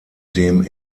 dem